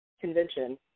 convention